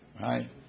right